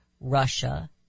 Russia